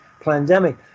pandemic